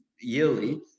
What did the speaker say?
yearly